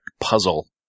puzzle